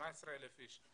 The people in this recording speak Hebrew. כ-18,000 אנשים,